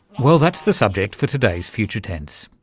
well, that's the subject for today's future tense.